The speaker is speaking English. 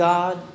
God